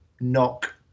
knock